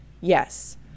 yes